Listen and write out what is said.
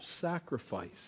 sacrifice